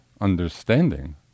understanding